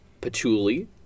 patchouli